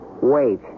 Wait